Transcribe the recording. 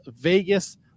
Vegas